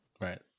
Right